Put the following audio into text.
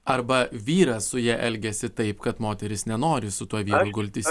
arba vyras su ja elgiasi taip kad moteris nenori su tuo vyru gultis